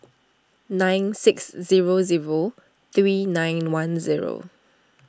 nine six zero zero three nine one zero